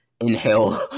inhale